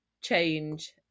change